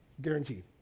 Guaranteed